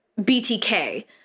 BTK